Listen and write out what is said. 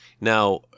Now